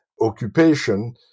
occupation